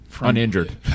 Uninjured